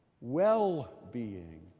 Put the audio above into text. well-being